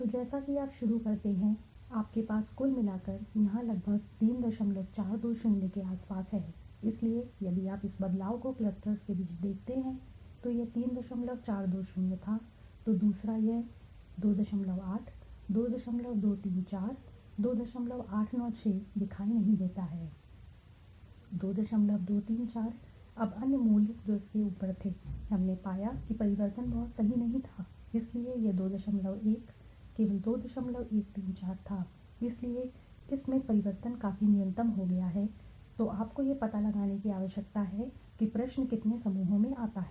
तो जैसा कि आप शुरू करते हैं आपके पास कुल मिलाकर यहां है जो कि लगभग 3420 के आसपास है इसलिए यदि आप इस बदलाव को क्लस्टर्स के बीच देखते हैं तो यह 3420 था तो दूसरा यह 28 2234 2896 दिखाई नहीं देता है 2234 अब अन्य मूल्य जो इसके ऊपर थे हमने पाया कि परिवर्तन बहुत सही नहीं था इसलिए यह 21 केवल 2134 था इसलिए इस से इस में परिवर्तन काफी न्यूनतम हो गया है तो आपको यह पता लगाने की आवश्यकता है कि प्रश्न कितने समूहों में आता है